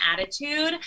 attitude